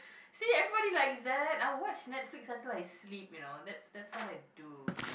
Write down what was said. see everybody likes that I watch Netflix until I sleep you know that's that's what I do